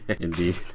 indeed